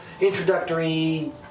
introductory